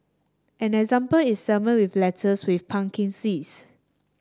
an example is salmon with lettuce with pumpkin seeds